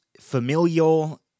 familial